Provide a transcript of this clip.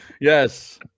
Yes